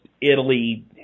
Italy –